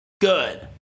good